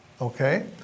okay